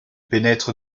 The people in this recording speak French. pénètrent